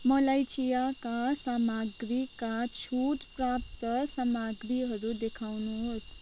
मलाई चियाका सामाग्रीका छुट प्राप्त सामग्रीहरू देखाउनुहोस्